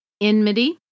enmity